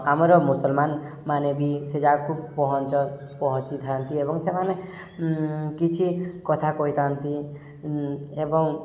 ଆମର ମୁସଲମାନ ମାନେ ବି ସେ ଯାକୁ ପହଞ୍ଚିଥାନ୍ତି ଏବଂ ସେମାନେ କିଛି କଥା କହିଥାନ୍ତି ଏବଂ